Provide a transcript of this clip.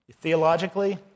Theologically